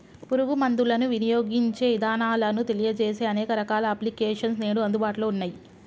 పురుగు మందులను వినియోగించే ఇదానాలను తెలియజేసే అనేక రకాల అప్లికేషన్స్ నేడు అందుబాటులో ఉన్నయ్యి